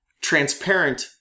Transparent